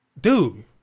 Dude